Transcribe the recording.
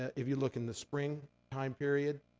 ah if you look in the spring time period,